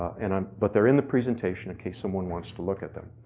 and um but they're in the presentation in case someone wants to look at them.